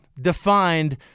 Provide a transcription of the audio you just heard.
defined